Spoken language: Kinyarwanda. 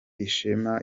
ishema